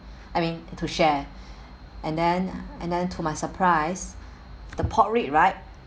I mean to share and then and then to my surprise the pork rib right